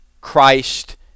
Christ